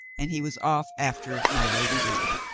and he was off after my lady lepe.